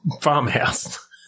farmhouse